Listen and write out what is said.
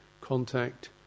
contact